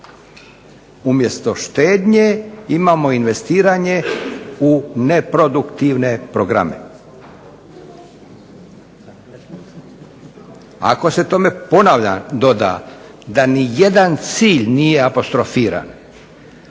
Umjesto štednje imamo investiranje u neproduktivne programe. Ako se tome, ponavljam, doda da nijedan cilj nije apostrofiran,